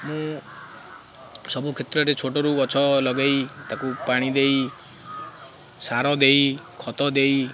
ମୁଁ ସବୁ କ୍ଷେତ୍ରରେ ଛୋଟରୁ ଗଛ ଲଗେଇ ତାକୁ ପାଣି ଦେଇ ସାର ଦେଇ ଖତ ଦେଇ